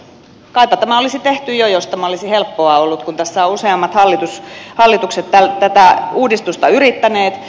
kaipa tämä olisi tehty jo jos tämä olisi helppoa ollut kun tässä ovat useammat hallitukset tätä uudistusta yrittäneet